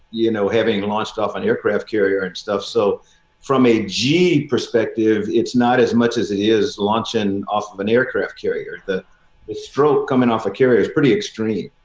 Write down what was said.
you know, having launched off an aircraft carrier and stuff. so from a g perspective, it's not as much as it is. launching off of an aircraft carrier. the stroke coming off security is pretty extreme.